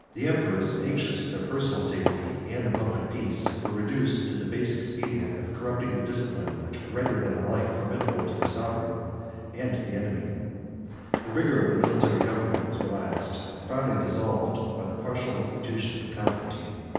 the emperors, anxious for their personal safety and the public peace, were reduced to the base expedient of corrupting the discipline which rendered them alike formidable to their sovereign and to the enemy the vigor of the military government was relaxed, and finally dissolved, by the partial institutions of constantine